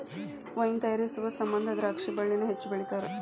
wine ತಯಾರಿಸು ಸಮಂದ ದ್ರಾಕ್ಷಿ ಬಳ್ಳಿನ ಹೆಚ್ಚು ಬೆಳಿತಾರ